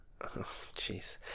Jeez